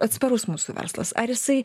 atsparus mūsų verslas ar jisai